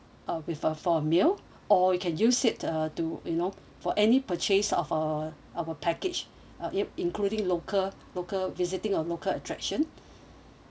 uh with a for a meal or you can use it uh to you know for any purchase of uh our package uh it including local local visiting or local attraction